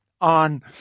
on